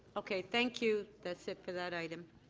okay. thank you. that's it for that item.